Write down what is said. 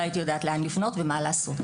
לא הייתי יודעת לאן לפנות ומה לעשות.